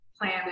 Plan